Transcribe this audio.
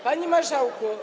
Panie Marszałku!